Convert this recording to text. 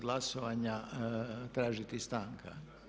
glasovanja tražiti stanka.